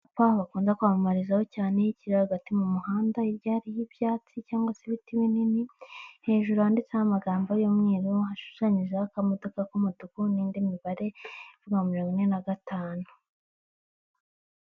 Icyapa bakunda kwamamarizaho cyane, kiri hagati mu muhanda. Hirya hariho ibyatsi cyangwa se ibiti binini, hejuru handitseho amagambo y'umweru; hashushanyijeho akamodoka k'umutuku, n'indi mibare mirongo ine na gatanu.